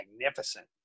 magnificent